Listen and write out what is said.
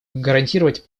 гарантировать